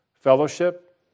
fellowship